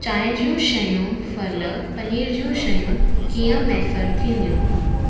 चांहि जूं शयूं फल पनीर जूं शयूं कीअं मुयसरु थींदियूं